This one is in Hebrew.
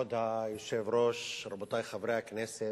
היושב-ראש, רבותי חברי הכנסת,